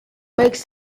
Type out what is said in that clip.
makes